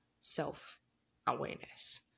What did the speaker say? self-awareness